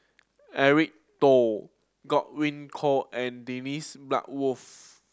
Eric Teo Godwin Koay and Dennis Bloodworth